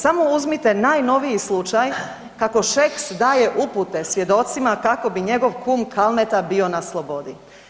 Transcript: Samo uzmite najnoviji slučaj kako Šeks daje upute svjedocima kako bi njego kum Kalmeta bio na slobodi.